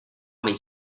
cho